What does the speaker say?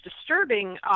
disturbing